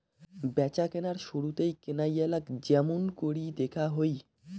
ব্যাচাকেনার শুরুতেই কেনাইয়ালাক য্যামুনকরি দ্যাখা হয়